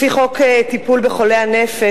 לפי חוק טיפול בחולי הנפש,